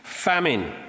famine